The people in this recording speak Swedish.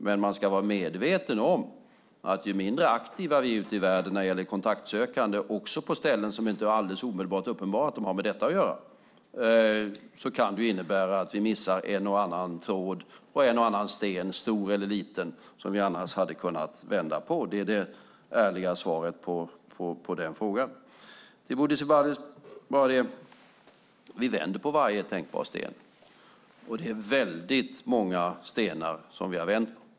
Men man ska vara medveten om att ju mindre aktiva vi är ute i världen när det gäller kontaktsökande - också på ställen där det inte alldeles omedelbart uppenbart har med detta att göra - kan det innebära att vi missar en och annan tråd och en annan sten, stor eller liten, som vi annars hade kunnat vända på. Det är det ärliga svaret på frågan. Vi vänder på varje tänkbar sten, Bodil Ceballos. Det är många stenar vi har vänt på.